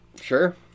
sure